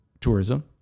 tourism